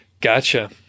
Gotcha